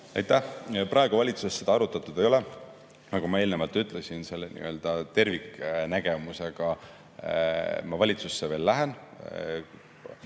Aitäh! Praegu valitsuses seda arutatud ei ole. Nagu ma eelnevalt ütlesin, selle nii-öelda terviknägemusega ma valitsusse lähen.